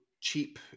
cheap